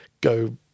go